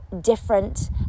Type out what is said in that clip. different